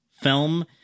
film